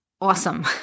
awesome